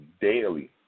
daily